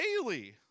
daily